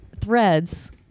threads